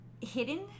hidden